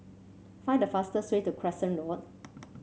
find the fastest way to Crescent Road